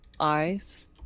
Eyes